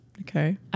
okay